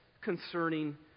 concerning